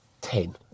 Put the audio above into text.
ten